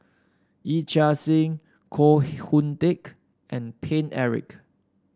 Yee Chia Hsing Koh Hoon Teck and Paine Eric